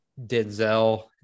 Denzel